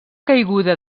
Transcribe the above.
caiguda